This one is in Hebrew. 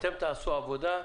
אתם תעשו עבודה?